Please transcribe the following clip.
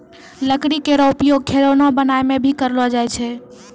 लकड़ी केरो उपयोग खिलौना बनाय म भी करलो जाय छै